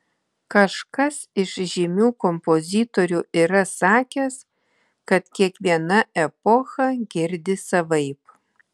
kažkas iš žymių kompozitorių yra sakęs kad kiekviena epocha girdi savaip